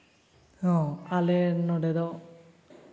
ᱦᱮᱸ ᱟᱞᱮ ᱱᱚᱰᱮ ᱫᱚ